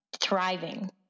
thriving